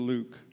Luke